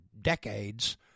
decades